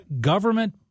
Government